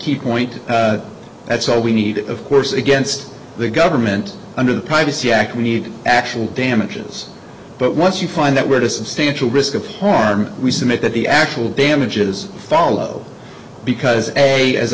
keep point that's all we need of course against the government under the privacy act we need actual damages but once you find that we're to substantially risk of harm we submit that the actual damages follow because a as